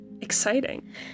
Exciting